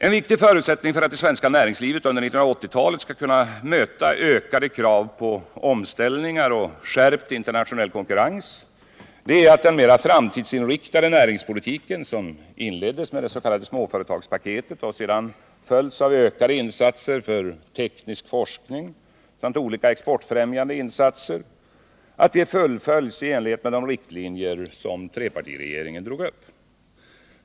En viktig förutsättning för att det svenska näringslivet under 1980-talet skall kunna möta ökade krav på omställningar och skärpt internationell konkurrens är att den mera framtidsinriktade näringspolitiken, som inleddes med det s.k. småföretagarpaketet och sedan följdes av ökade insatser för teknisk forskning samt olika exportfrämjande insatser, fullföljs i enlighet med de riktlinjer som trepartiregeringen drog upp.